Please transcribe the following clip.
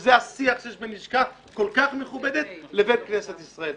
שזה השיח שיש בין לשכה כל כך מכובדת לבין כנסת ישראל.